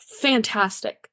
fantastic